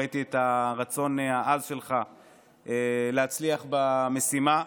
וראיתי את הרצון העז שלך להצליח במשימה.